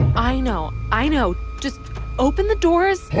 i know. i know. just open the doors